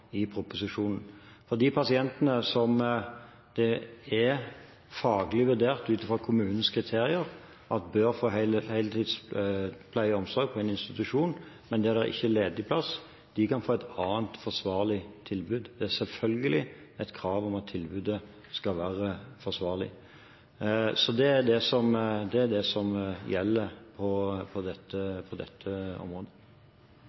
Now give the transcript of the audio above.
i proposisjonen. De pasientene som det er faglig vurdert etter kommunens kriterier bør få heltids pleie og omsorg på en institusjon, kan få et annet forsvarlig tilbud hvis det ikke er ledig plass. Det er selvfølgelig et krav at tilbudet skal være forsvarlig. Det er det som gjelder på dette området.